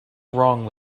wrong